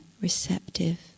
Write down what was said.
receptive